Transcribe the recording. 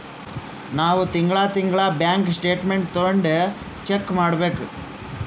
ನಾವ್ ತಿಂಗಳಾ ತಿಂಗಳಾ ಬ್ಯಾಂಕ್ ಸ್ಟೇಟ್ಮೆಂಟ್ ತೊಂಡಿ ಚೆಕ್ ಮಾಡ್ಬೇಕ್